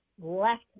left